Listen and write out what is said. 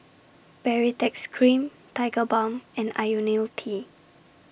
Baritex Cream Tigerbalm and Ionil T